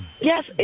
Yes